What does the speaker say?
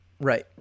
Right